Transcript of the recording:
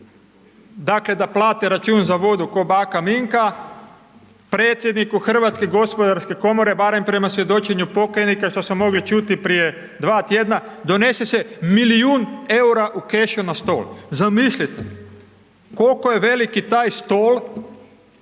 dakle, da plate račun za vodu, ko bana Minka, predsjedniku HGK-a, barem prema svjedočenju pokajnika šta smo mogli čuti prije dva tjedna, donese se milijun EUR-a u kešu na stol, zamislite, koliko je veliki taj stol